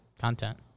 Content